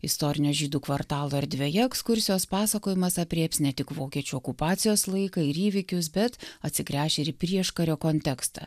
istorinio žydų kvartalo erdvėje ekskursijos pasakojimas aprėps ne tik vokiečių okupacijos laiką ir įvykius bet atsigręš ir prieškario kontekstą